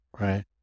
right